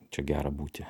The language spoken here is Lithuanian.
čia gera būti